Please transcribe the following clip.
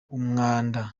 umwanda